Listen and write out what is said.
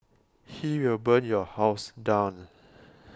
he will burn your house down